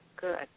good